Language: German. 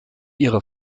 ihre